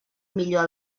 millor